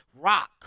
rock